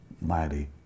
mighty